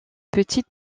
petite